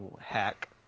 Hack